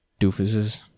doofuses